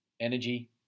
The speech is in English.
energy